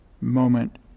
moment